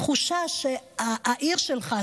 תחושה שהעיר שלך,